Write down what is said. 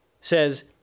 says